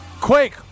Quake